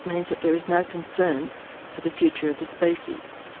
means that there is no concern for the future of the species.